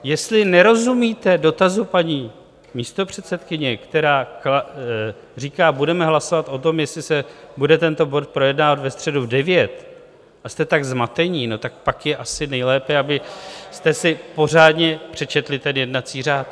Jestli nerozumíte dotazu paní místopředsedkyně, která říká: Budeme hlasovat o tom, jestli se bude tento bod projednávat ve středu v devět a jste tak zmatení, no tak pak je asi nejlépe, abyste si pořádně přečetli ten jednací řád.